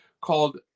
called